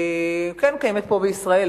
כן קיימת פה בישראל.